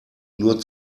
nur